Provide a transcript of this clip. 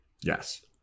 Yes